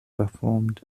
performed